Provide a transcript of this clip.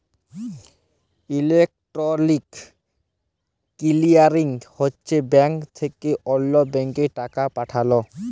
electronic clearing হছে bank থ্যাকে অল্য ব্যাংকে টাকা পাঠাল